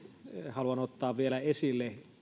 haluan ottaa vielä esille